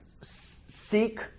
seek